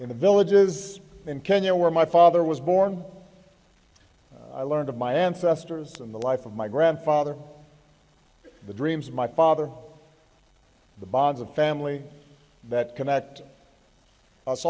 in the villages in kenya where my father was born i learned of my ancestors in the life of my grandfather the dreams of my father the bonds of family that connect us